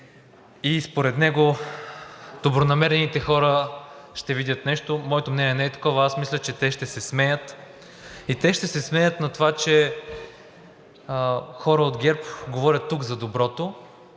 и според него добронамерените хора ще видят нещо. Моето мнение не е такова и аз мисля, че те ще се смеят и те ще се смеят на това, че хора от ГЕРБ говорят тук за доброто,